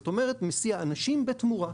כלומר מסיע אנשים בתמורה.